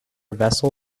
vessel